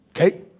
Okay